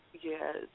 Yes